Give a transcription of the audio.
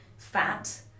fat